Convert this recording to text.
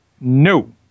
No